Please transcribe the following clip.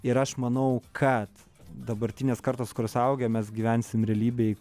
ir aš manau kad dabartinės kartos kur suaugę mes gyvensim realybėj